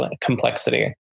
complexity